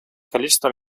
количеством